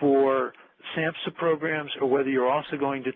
for samhsa programs, or whether you are also going to